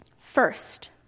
first